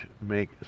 make